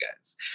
guys